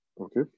Okay